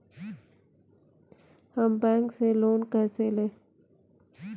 हम बैंक से लोन कैसे लें?